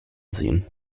sehen